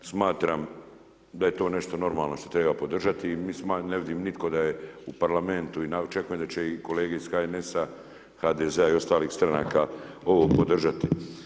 Smatram da je to nešto normalno što treba podržati i ne vidim nitko da je u parlamentu i ne očekujem da će i kolege iz HNS-a, HDZ-a i ostalih stranaka ovo podržati.